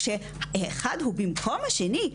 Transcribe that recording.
כשאחד הוא במקום השני,